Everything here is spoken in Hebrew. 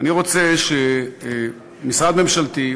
אני רוצה שמשרד ממשלתי,